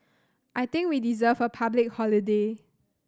I think we deserve a public holiday